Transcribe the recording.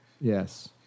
Yes